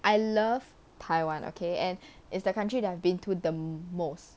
I love taiwan okay and it's the country that I've been to the most